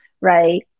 right